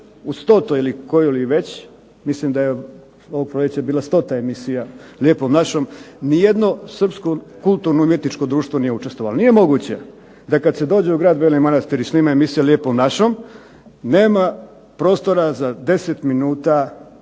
u 100., ili kojoj li već, mislim da je ovog proljeća bila 100. emisija Lijepom našom, ni jedno srpsko kulturno umjetničko društvo nije učestvovalo. Nije moguće da kad se dođe u grad Beli Manastir i snima emisija Lijepom našom nema prostora za 10 minuta